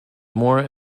more